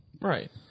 Right